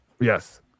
yes